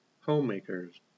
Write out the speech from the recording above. homemakers